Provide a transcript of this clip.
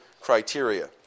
criteria